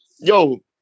yo